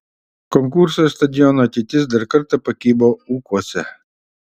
konkurso ir stadiono ateitis dar kartą pakibo ūkuose